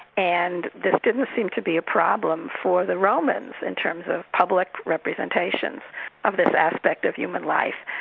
and this didn't seem to be a problem for the romans in terms of public representations of this aspect of human life.